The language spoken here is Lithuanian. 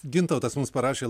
gintautas mums parašė